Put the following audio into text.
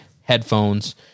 headphones